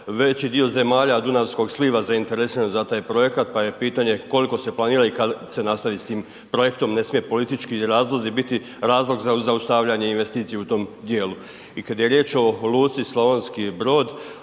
veći dio zemalja dunavskog sliva zainteresiran za taj projekta pa je pitanje koliko se planira i kada će se nastaviti s tim projektom. Ne smije politički razlozi biti razlog za zaustavljanje investicije u tom dijelu. I kad je riječ o luci Slavonski Brod